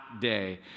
day